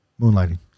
Moonlighting